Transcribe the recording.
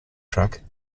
track